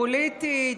הפוליטית,